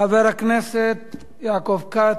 חבר הכנסת יעקב כץ,